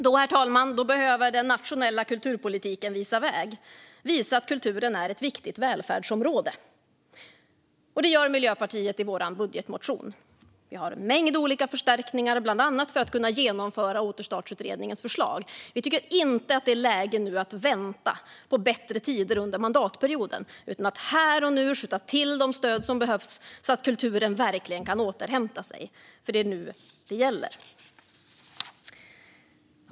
Då, herr talman, behöver den nationella kulturpolitiken visa vägen och visa att kulturen är ett viktigt välfärdsområde. Det gör Miljöpartiet i sin budgetmotion. Vi har en mängd olika förstärkningar bland annat för att kunna genomföra Återstartsutredningens förslag. Vi tycker inte att det är läge att vänta på bättre tider under mandatperioden, utan vi ska här och nu skjuta till de stöd som behövs så att kulturen verkligen kan återhämta sig. Det är nu det gäller.